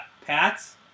Pats